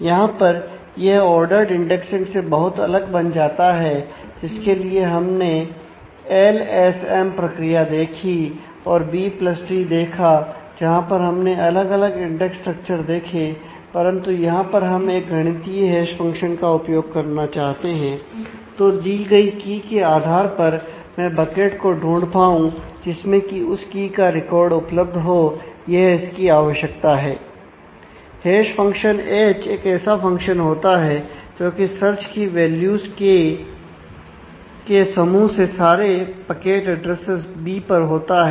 यहां पर यह ओर्डरड इंडेक्सिंग का रिकॉर्ड उपलब्ध हो यह इसकी आवश्यकता है